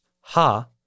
ha